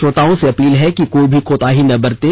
श्रोताओं से अपील है कि कोई भी कोताही न बरतें